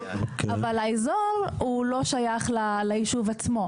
אבל האזור הוא לא שייך לישוב עצמו,